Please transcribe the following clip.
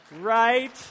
Right